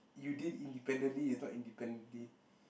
you did independently is not independently